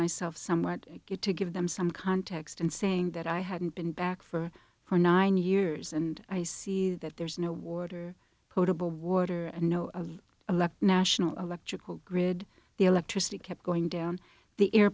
myself somewhat good to give them some context and saying that i hadn't been back for for nine years and i see that there's no water potable water and no a national electrical grid the electricity kept going down the air